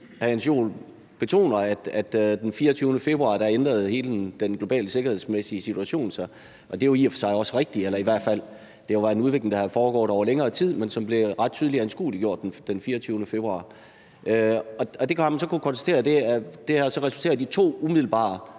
Jens Joel betoner, at den 24. februar ændrede hele den globale sikkerhedsmæssige situation sig. Og det er jo i og for sig også rigtigt. Eller i hvert fald: Det var en udvikling, der havde foregået over længere tid, men som blev ret tydeligt anskueliggjort den 24. februar. Man har så kunnet konstatere, at det altså har resulteret i to umiddelbare